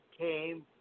came